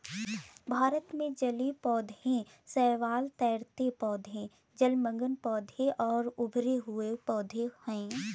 भारत में जलीय पौधे शैवाल, तैरते पौधे, जलमग्न पौधे और उभरे हुए पौधे हैं